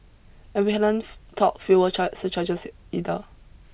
and we haven't talked fuel charge surcharges either